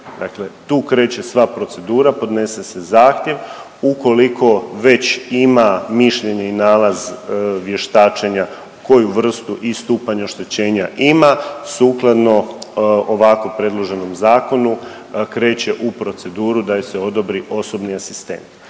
Dakle tu kreće sva procedura, podnese se zahtjev, ukoliko već ima mišljenje i nalaz vještačenja koju vrstu i stupanj oštećenja ima, sukladno ovakvo predloženom zakonu kreće u proceduru da joj se odobri osobni asistent.